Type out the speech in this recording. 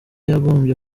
yagombye